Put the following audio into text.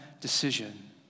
decision